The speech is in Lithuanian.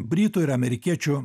britų ir amerikiečių